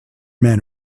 men